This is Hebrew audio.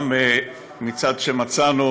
גם מצד שמצאנו